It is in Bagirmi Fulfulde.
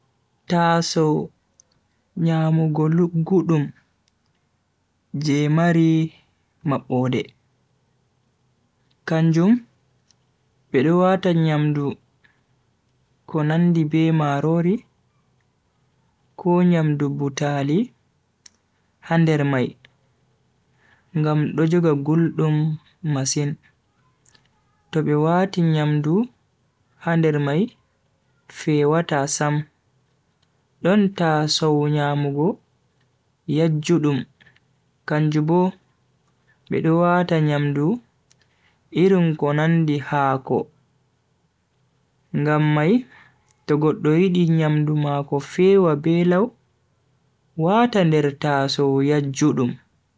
Tasow nyamugo luggudum je mari mabbode, kanjum bedo wata nyamdu ko nandi be marori ko nyamdu butaali ha nder mai ngam do joga guldum masin, to be wati nyamdu ha nder mai fewata sam. Don tasow nyamugo yajjudum kanjum Bo bedo wata nyamdu irin ko nandi haako bokko, haako kabije, haako ayoyo be haako baskoje. Tasow yajjudum do fewna nyamdu lau, ngam mai to goddo yidi nyamdu mako fewa be lau sai wata nder tasow yajjudum.